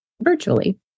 virtually